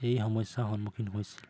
এই সমস্যাৰ সন্মুখীন হৈছিল